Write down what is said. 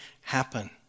happen